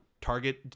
target